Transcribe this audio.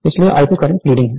इसलिए I2 current leading है